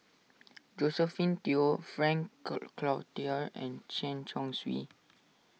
Josephine Teo Frank Cloutier and Chen Chong Swee